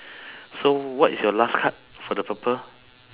so what is your last card for the purple